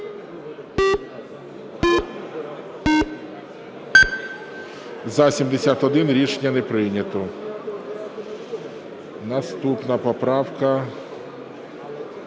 За-71 Рішення не прийнято. Наступна поправка